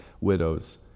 widows